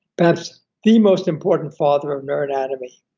perhaps the most important father of neuroanatomy